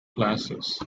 classes